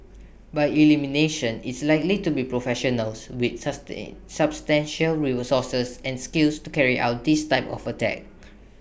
by elimination it's likely to be professionals with sustain substantial resources and skills to carry out this type of attack